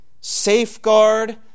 safeguard